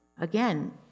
Again